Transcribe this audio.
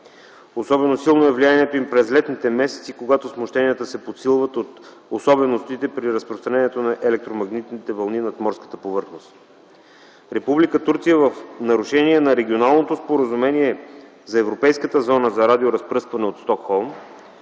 Особено силно е влиянието им през летните месеци, когато смущенията се подсилват от особеностите при разпространението на електромагнитните вълни над морската повърхност. Република Турция в нарушение на Регионалното споразумение за европейската зона за радиоразпръскване от Стокхолм